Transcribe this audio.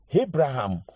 Abraham